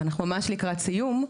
ואנחנו ממש לקראת סיום,